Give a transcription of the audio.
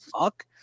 fuck